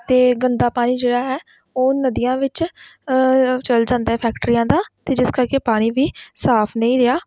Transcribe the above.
ਅਤੇ ਗੰਦਾ ਪਾਣੀ ਜਿਹੜਾ ਹੈ ਉਹ ਨਦੀਆਂ ਵਿੱਚ ਚਲ ਜਾਂਦਾ ਹੈ ਫੈਕਟਰੀਆਂ ਦਾ ਅਤੇ ਜਿਸ ਕਰਕੇ ਪਾਣੀ ਵੀ ਸਾਫ਼ ਨਹੀਂ ਰਿਹਾ